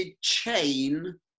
chain